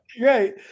right